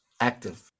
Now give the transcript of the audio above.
active